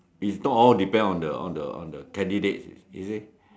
is not all depends on the on the on the candidates is it